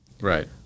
right